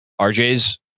RJ's